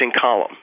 column